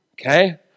Okay